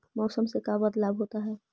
मौसम से का बदलाव होता है?